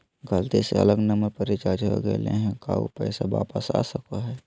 गलती से अलग नंबर पर रिचार्ज हो गेलै है का ऊ पैसा वापस आ सको है?